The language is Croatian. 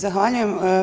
Zahvaljujem.